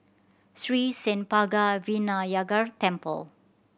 Sri Senpaga Vinayagar Temple